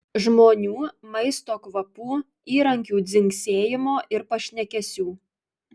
žmonių maisto kvapų įrankių dzingsėjimo ir pašnekesių